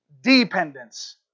dependence